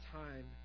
time